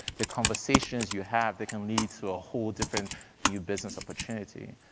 the conversations you have that can lead to a whole different new business opportunity.